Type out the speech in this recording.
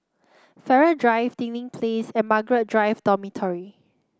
Farrer Drive Dinding Place and Margaret Drive Dormitory